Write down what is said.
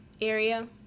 area